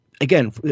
again